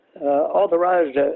authorized